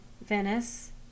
Venice